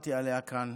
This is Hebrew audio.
שדיברתי עליה כאן.